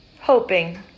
hoping